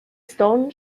stone